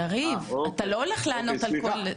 אתה לא יכול לענות לכל אחד.